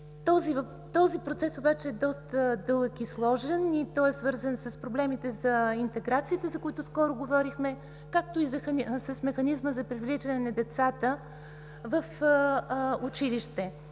Този процес обаче е доста дълъг и сложен и той е свързан с проблемите за интеграцията, за които скоро говорихме, както и с механизма за привличане на децата в училище.